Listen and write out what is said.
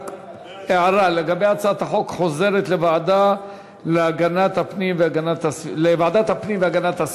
הצעת החוק חוזרת לוועדת הפנים והגנת הסביבה.